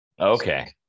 Okay